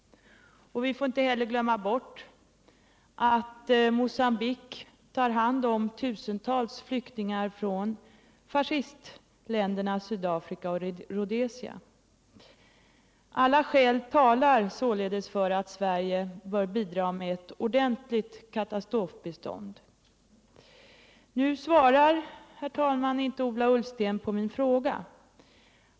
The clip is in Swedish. Vi får inte heller glömma bort att Mocambique tar hand om tusentals Nyktingar från fascistländerna Sydafrika och Rhodesia. Alla skäl talar således för att Sverige bör bidra med ett ordentligt katastrofbistånd. Nu svarar, herr talman, inte Ola Ullsten på min fråga.